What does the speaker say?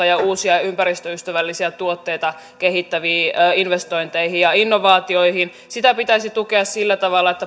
ja uusia ympäristöystävällisiä tuotteita kehittäviin investointeihin ja innovaatioihin sitä pitäisi tukea sillä tavalla että